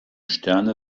sterne